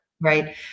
Right